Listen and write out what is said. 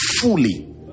fully